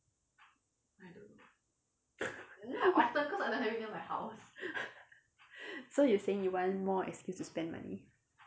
so you saying you want more excuse to spend money